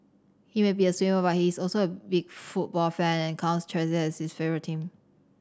he may be a swimmer but he is also a big football fan and counts Chelsea as his favourite team